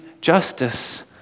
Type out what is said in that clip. justice